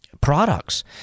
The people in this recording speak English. products